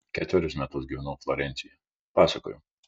ketverius metus gyvenau florencijoje pasakojau